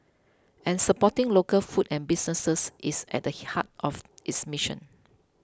and supporting local food and businesses is at the heart of its mission